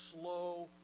slow